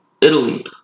Italy